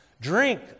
Drink